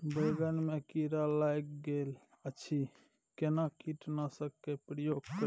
बैंगन में कीरा लाईग गेल अछि केना कीटनासक के प्रयोग करू?